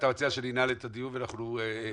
אתה מציע שננעל את הדיון ונקבע דיון מעקב?